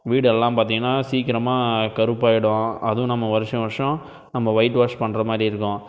வீடெல்லாம் பாத்தீங்கன்னா சீக்கிரமா கருப்பாயிடும் அதுவும் நம்ம வருஷ வருஷம் நம்ப வொயிட் வாஷ் பண்ணுற மாதிரி இருக்கும்